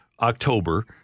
October